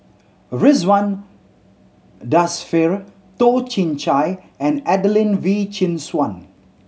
Ridzwan Dzafir Toh Chin Chye and Adelene Wee Chin Suan